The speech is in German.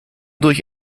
durch